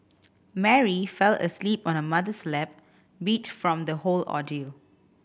Mary fell asleep on her mother's lap beat from the whole ordeal